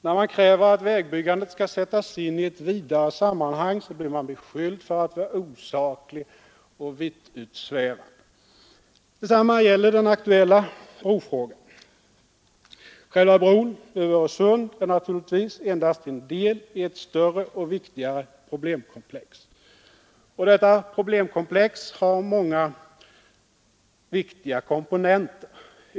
När man kräver att vägbyggandet skall sättas in i ett vidare sammanhang blir man beskylld för att vara osaklig och vittutsvävande. Detsamma gäller den aktuella brofrågan. Själva bron över Öresund är naturligtvis endast en del av ett större och viktigare problemkomplex. Och detta problemkomplex har många viktiga komponenter.